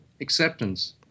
acceptance